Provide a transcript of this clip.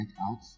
out